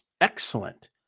Excellent